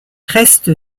reste